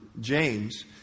James